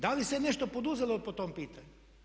Da li se nešto poduzelo po tom pitanju?